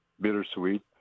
bittersweet